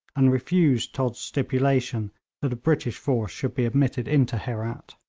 and refused todd's stipulation that a british force should be admitted into herat.